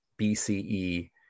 BCE